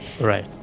right